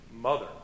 mother